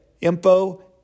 info